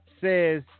says